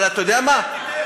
תיתן, תיתן.